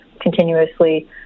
continuously